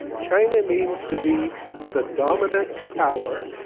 china means to be the dominant power